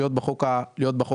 להיות בחוק המקורי.